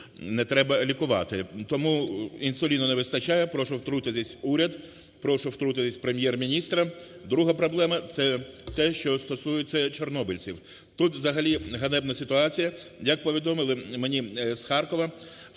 не треба лікувати. Тому інсуліну не вистачає, прошу втрутитися уряд, прошу втрутитися Прем’єр-міністра. Друга проблема, це те, що стосується чорнобильців. Тут взагалі ганебна ситуація. як повідомили мені з Харкова